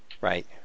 Right